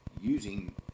using